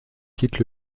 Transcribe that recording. quitte